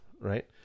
right